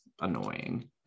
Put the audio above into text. annoying